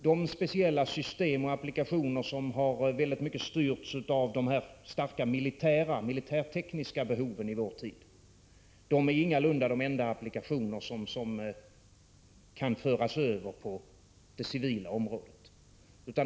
De speciella system och applikationer som mycket starkt har styrts av de militär-tekniska behoven i vår tid är ingalunda de enda applikationer som kan föras över på det civila området.